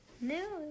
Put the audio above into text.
No